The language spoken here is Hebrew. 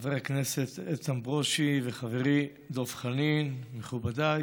חבר הכנסת איתן ברושי וחברי דב חנין, מכובדיי,